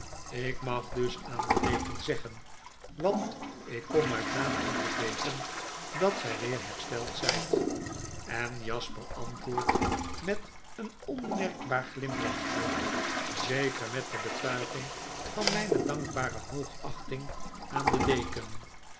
ik mag dus aan den deken zeggen want ik kom uit naam van den deken dat gy weer hersteld zyt en jasper antwoordt met een onmerkbaar glimlachje zeker met de betuiging van myne dankbare hoogachting aan den deken